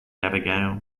abigail